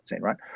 right